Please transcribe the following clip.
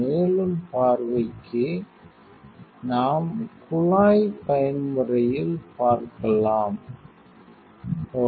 மேலும் பார்வைக்கு நாம் குழாய் பயன்முறையில் பார்க்கலாம் 2701